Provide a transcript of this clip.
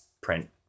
print